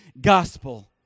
gospel